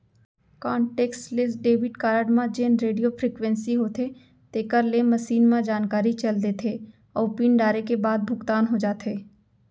contactless debit card म जेन radio frequency होथे तेकर ले मसीन म जानकारी चल देथे अउ पिन डारे के बाद भुगतान हो जाथे